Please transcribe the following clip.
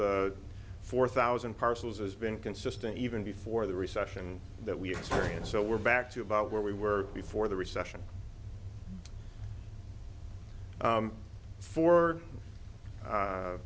the four thousand parcels has been consistent even before the recession that we experience so we're back to about where we were before the recession